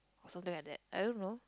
something like that I don't know